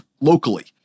locally